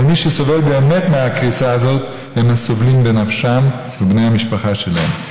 אבל מי שסובל באמת מהקריסה הזאת הם הסובלים בנפשם ובני המשפחה שלהם.